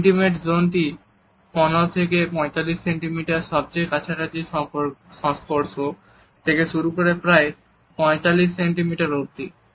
intimate জোনটি 15 থেকে 45 centimetre সবথেকে কাছাকাছি সংস্পর্শ থেকে শুরু করে প্রায় 45 সেন্টিমিটার অবধি